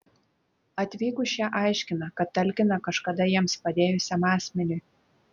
atvykus šie aiškina kad talkina kažkada jiems padėjusiam asmeniui